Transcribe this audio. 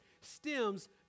stems